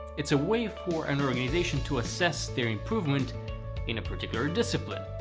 it's a way for an organization to assess their improvement in a particular discipline,